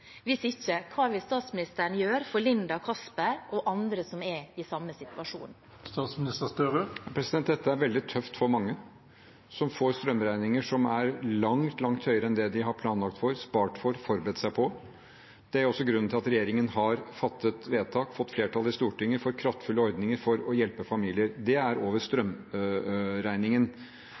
Hvis ikke, hva vil statsministeren gjøre for Linda og Casper og andre som er i samme situasjon? Dette er veldig tøft for mange som får strømregninger som er langt, langt høyere enn det de har planlagt for, spart for, forberedt seg på. Det er også grunnen til at regjeringen har fattet vedtak, fått flertall i Stortinget for kraftfulle ordninger for å hjelpe familier. Det er over strømregningen.